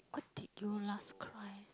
when did you last cry